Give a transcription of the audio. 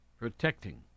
Protecting